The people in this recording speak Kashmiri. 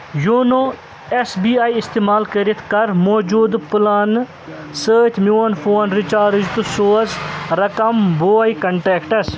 یوٗنو اٮ۪س بی آی استعمال کٔرِتھ کَر موٗجوٗدٕ پلانہٕ سۭتۍ میون فون ریچارٕج تہٕ سوز رقم بوے کنٹٮ۪کٹَس